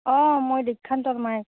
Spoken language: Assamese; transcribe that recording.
অঁ মই দীক্ষান্তৰ মাক